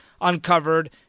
uncovered